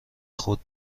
خود